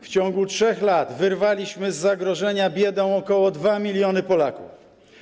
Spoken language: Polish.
W ciągu 3 lat wyrwaliśmy z zagrożenia biedą ok. 2 mln Polaków.